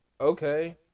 okay